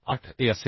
8aअसेल